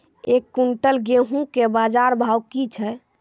एक क्विंटल गेहूँ के बाजार भाव की छ?